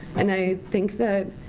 and i think that